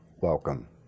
welcome